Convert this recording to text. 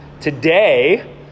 Today